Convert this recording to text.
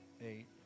eight